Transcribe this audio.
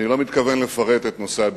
אני לא מתכוון לפרט את נושא הביטחון.